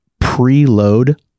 preload